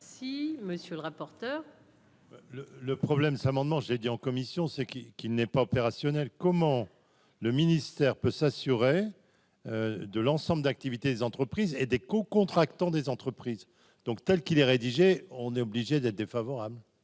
Si mais. Le rapporteur. Le le problème s'amendement j'ai dit en commission, c'est qui qui n'est pas opérationnel, comment le ministère peut s'assurer de l'ensemble de l'activité des entreprises et des co-contractants des entreprises donc telle qu'il est rédigé, on est obligé d'être défavorable.